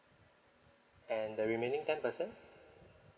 and the remaining ten percent